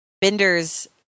benders